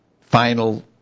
final